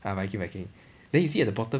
ah viking viking then you see at the bottom